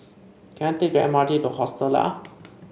can I take the M R T to Hostel Lah